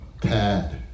pad